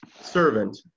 servant